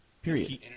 Period